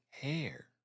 hair